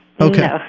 Okay